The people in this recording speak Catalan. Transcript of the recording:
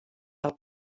del